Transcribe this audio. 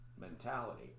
mentality